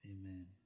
Amen